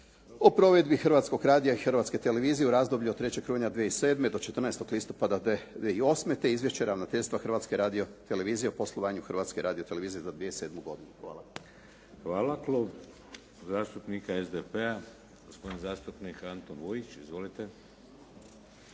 o provedbi Hrvatskog radija i Hrvatske televizije u razdoblju od 3. rujna 2007. do 14. listopada 2008. te Izvješće Ravnateljstva Hrvatske radio-televizije o poslovanju Hrvatske radio-televizije za 2007. godinu. Hvala. **Šeks, Vladimir (HDZ)** Hvala. Klub zastupnika SDP-a gospodin zastupnik Antun Vujić. Izvolite.